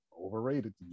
overrated